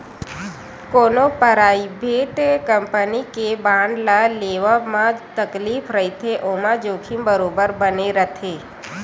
कोनो private company के bond ल लेवब म तकलीफ रहिथे ओमा जोखिम बरोबर बने रथे